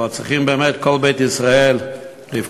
אבל צריכים באמת כל בית ישראל לבכות,